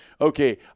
Okay